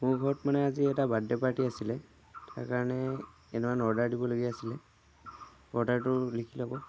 মোৰ ঘৰত আজি মানে এটা বাৰ্থডে' পাৰ্টি আছিলে তাৰ কাৰণে কেইটামান অৰ্ডাৰ দিবলগীয়া আছিলে অৰ্ডাৰটো লিখি ল'ব